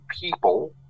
people